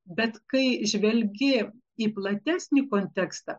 bet kai žvelgi į platesnį kontekstą